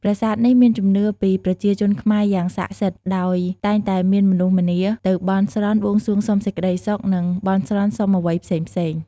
ប្រាសាទនេះមានជំនឿពីប្រជាជនខ្មែរយ៉ាងស័ក្តិសិទ្ធ ដោយតែងតែមានមនុស្សម្នាទៅបន់ស្រន់បួងសួងសុំសេចក្ដីសុខ និង បន់ស្រន់សុំអ្វីផ្សេងៗ។